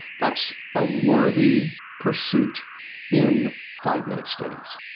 that's a worthy pursuit in five minute studies